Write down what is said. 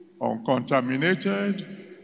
uncontaminated